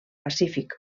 pacífic